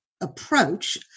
approach